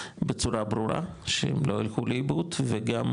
בצורה ברורה שהם לא ילכו לאיבוד וגם